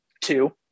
two